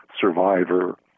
survivor